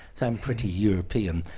so i'm pretty european.